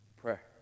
Prayer